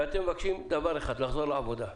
ואתם מבקשים דבר אחד, לחזור לעבודה.